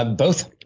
ah both.